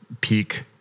peak